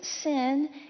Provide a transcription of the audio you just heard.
sin